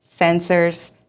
sensors